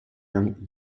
young